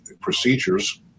procedures